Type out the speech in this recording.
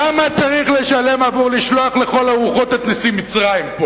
כמה צריך לשלם עבור לשלוח לכל הרוחות את נשיא מצרים?